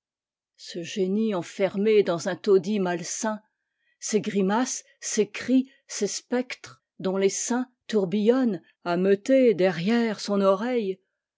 ce génie enfermé dans un taudis malsain ces grimaces ces cris ces spectres dont l'essaim tourbillonne ameuté derrière son oreille